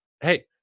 hey